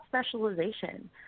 specialization